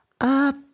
up